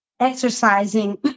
exercising